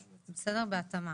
בהתאמה.